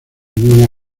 muy